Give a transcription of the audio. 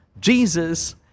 Jesus